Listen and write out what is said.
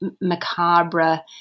macabre